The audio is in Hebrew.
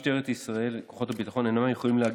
אני מאוד מעריך אותך,